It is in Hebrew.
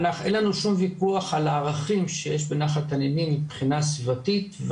אין לנו שום ויכוח על הערכים שיש בנחל תנינים מבחינה סביבתית.